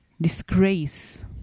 disgrace